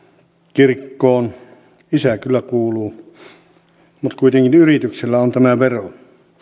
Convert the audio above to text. kirkkoon isä kyllä kuuluu mutta kuitenkin yrityksellä on tämä vero